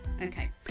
Okay